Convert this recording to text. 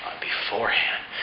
beforehand